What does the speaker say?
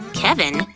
kevin?